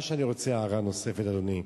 הערה נוספת, אדוני,